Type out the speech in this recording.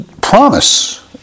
promise